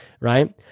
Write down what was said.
right